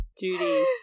Judy